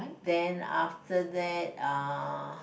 then after that uh